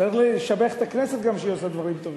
צריך לשבח את הכנסת גם כשהיא עושה דברים טובים.